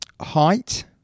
Height